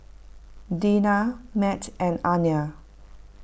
Dena Mat and Anner